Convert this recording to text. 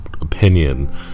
opinion